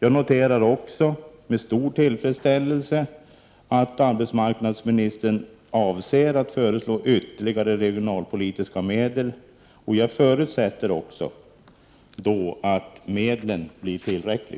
Också jag noterar med stor tillfredsställelse att arbetsmarknadsministern avser att föreslå ytterligare regionalpolitiska medel. Då förutsätter jag också att medlen blir tillräckliga.